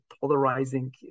polarizing